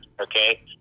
Okay